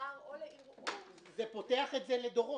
לערר או לערעור --- זה פותח את זה לדורות.